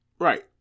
Right